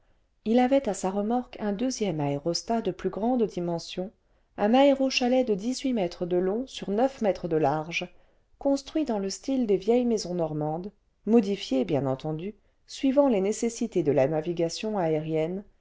il avait à sa remorque un deuxième aérostat de plus grande dimension un aéro chalet de dix-huit mètres de long sur neuf mètres de large construit dans le style des vieilles maisons normandes modifié bien entendu suivant les nécessités de la navigation aérienne